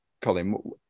Colin